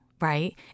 right